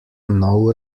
nov